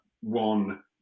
one